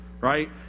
right